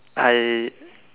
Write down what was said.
I